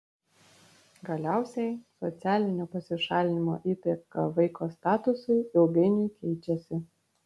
galiausiai socialinio pasišalinimo įtaka vaiko statusui ilgainiui keičiasi